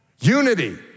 unity